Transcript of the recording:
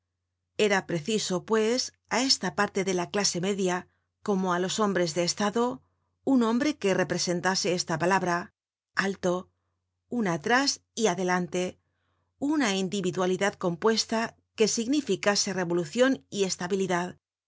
era preciso pues á esta parte de la clase media como á los hombres de estado un hombre que representase esta palabra alto un atras y adelante una individualidad compuesta que significase revolucion y estabilidad